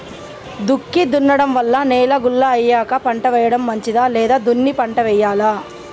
దుక్కి దున్నడం వల్ల నేల గుల్ల అయ్యాక పంట వేయడం మంచిదా లేదా దున్ని పంట వెయ్యాలా?